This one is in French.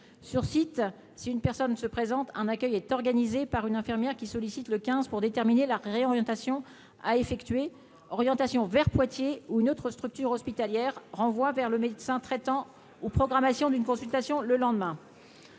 sur site, si une personne se présente un accueil est organisé par une infirmière qui sollicitent le quinze pour déterminer la réorientation à effectuer, orientation vers Poitiers ou une autre structure hospitalière renvoie vers le médecin traitant ou programmation d'une consultation le lendemain.